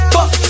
Fuck